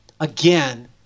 again